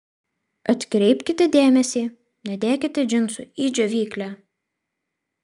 atkreipkite dėmesį nedėkite džinsų į džiovyklę